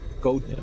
go